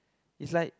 is like